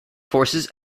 forces